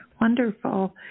Wonderful